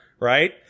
right